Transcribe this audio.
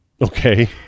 Okay